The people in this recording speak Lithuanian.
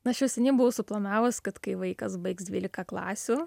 aš jau seniai buvau suplanavus kad kai vaikas baigs dvylika klasių